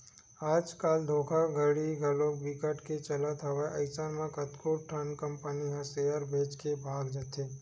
आज कल धोखाघड़ी घलो बिकट के चलत हवय अइसन म कतको ठन कंपनी ह सेयर बेच के भगा जाथे